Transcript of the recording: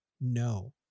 no